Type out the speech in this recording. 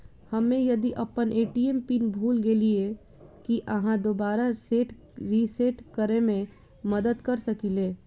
हम्मे यदि अप्पन ए.टी.एम पिन भूल गेलियै, की अहाँ दोबारा सेट रिसेट करैमे मदद करऽ सकलिये?